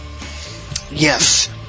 Yes